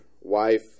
wife